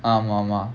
ஆமா ஆமா:aamaa aamaa